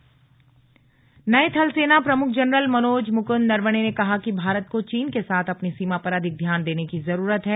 सेना प्रमुख नए थलसेना प्रमुख जनरल मनोज मुकंद नरवणे ने कहा कि भारत को चीन के साथ अपनी सीमा पर अधिक ध्यान देने की जरूरत है